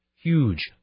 huge